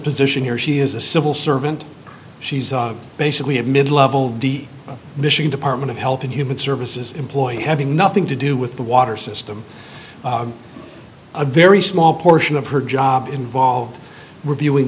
position here she is a civil servant she basically had mid level d michigan department of health and human services employee having nothing to do with the water system a very small portion of her job involved reviewing